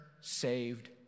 saved